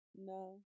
No